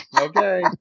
Okay